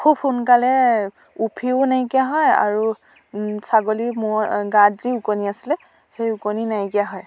খুব সোনকালে উফিও নাইকিয়া হয় আৰু ছাগলীৰ গাত যি ওকণি আছিলে সেই ওকণি নাইকিয়া হয়